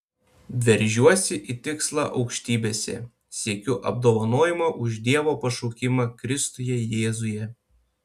veržiuosi į tikslą aukštybėse siekiu apdovanojimo už dievo pašaukimą kristuje jėzuje